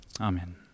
Amen